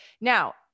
Now